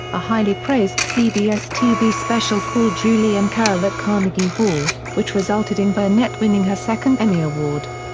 a highly praised cbs-tv special called julie and carol at carnegie hall, which resulted in burnett winning her second emmy award.